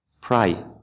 Pray